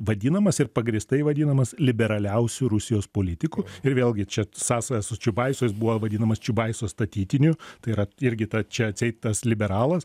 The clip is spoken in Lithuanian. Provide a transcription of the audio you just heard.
vadinamas ir pagrįstai vadinamas liberaliausiu rusijos politiku ir vėlgi čia sąsaja su čiubaisu jis buvo vadinamas čiubaiso statytiniu tai yra irgi ta čia atseit tas liberalas